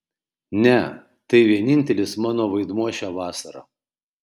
ne tai vienintelis mano vaidmuo šią vasarą